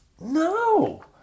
No